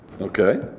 Okay